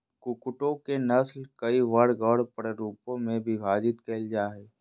कुक्कुटों के नस्ल कई वर्ग और प्ररूपों में विभाजित कैल जा हइ